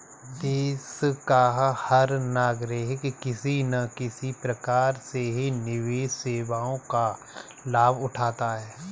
देश का हर नागरिक किसी न किसी प्रकार से निवेश सेवाओं का लाभ उठाता है